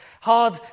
hard